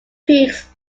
peaks